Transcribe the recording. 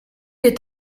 est